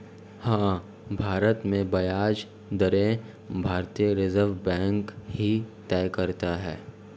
हाँ, भारत में ब्याज दरें भारतीय रिज़र्व बैंक ही तय करता है